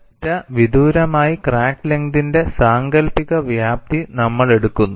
delta വിദൂരമായി crack ലെങ്ത്ന്റെ സാങ്കൽപ്പിക വ്യാപ്തി നമ്മൾ എടുക്കുന്നു